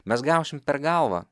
mes gausim per galvą